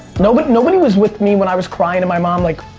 nobody nobody was with me when i was crying to my mom like,